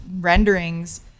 renderings